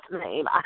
name